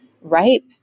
ripe